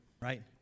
right